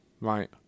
Right